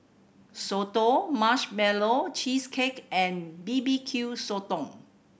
soto Marshmallow Cheesecake and B B Q Sotong